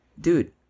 dude